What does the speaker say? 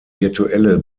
virtuelle